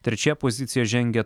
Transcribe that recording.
trečioje pozicijoje žengia